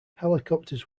helicopters